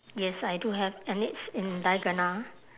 yes I do have and it's in diagonal